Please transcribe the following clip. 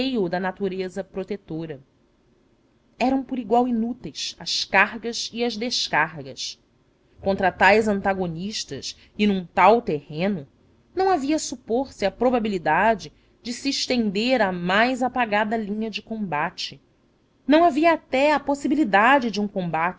da natureza protetora eram por igual inúteis as cargas e as descargas contra tais antagonistas e num tal terreno não havia supor se a probabilidade de se estender a mais apagada linha de combate não havia até a possibilidade de um combate